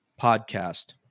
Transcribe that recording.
podcast